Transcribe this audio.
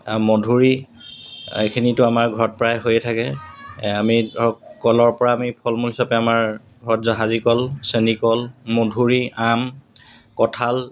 মধুৰি এইখিনিতো আমাৰ ঘৰত প্ৰায় হৈয়ে থাকে আমি ধৰক কলৰপৰা আমি ফল মূল হিচাপে আমাৰ ঘৰত জাহাজীকল চেনিকল মধুৰি আম কঁঠাল